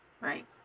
right